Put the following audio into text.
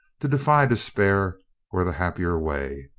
to defy despair were the happier way.